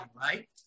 right